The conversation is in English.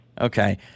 Okay